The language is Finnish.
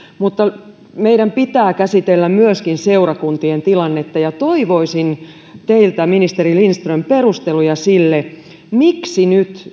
mutta meidän pitää käsitellä myöskin seurakuntien tilannetta ja toivoisin teiltä ministeri lindström perusteluja sille miksi nyt